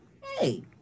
Hey